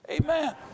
Amen